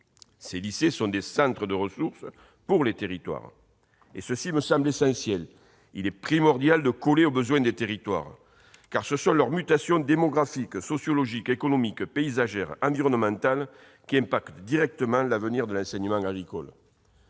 Ces lycées sont des centres de ressources pour les territoires. » Ceci me semble essentiel : il est primordial de coller aux besoins des territoires, car leurs mutations démographiques, sociologiques, économiques, paysagères et environnementales affectent directement l'avenir de l'enseignement agricole.